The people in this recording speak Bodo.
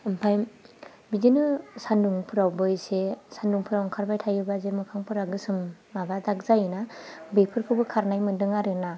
ओमफ्राय बिदिनो सान्दुंफोरावबो एसे सान्दुंफोराव ओंखारबाय थायोबा जे मोखांफोरा गोसोम माबा दाग जायोना बेफोरखौबो खारनाय मोन्दों आरोना